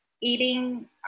eating